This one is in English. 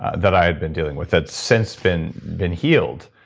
that i had been dealing with. it's since been been healed,